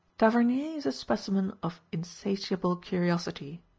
tavernier is a specimen of insatiable curiosity.